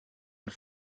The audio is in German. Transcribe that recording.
und